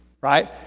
Right